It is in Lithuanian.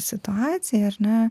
situacija ar ne